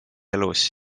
elus